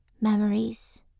Memories